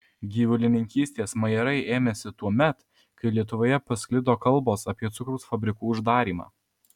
gyvulininkystės majerai ėmėsi tuomet kai lietuvoje pasklido kalbos apie cukraus fabrikų uždarymą